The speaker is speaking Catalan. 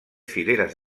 fileres